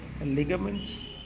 ligaments